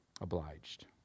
obliged